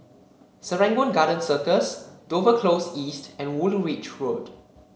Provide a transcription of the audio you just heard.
Serangoon Garden Circus Dover Close East and Woolwich Road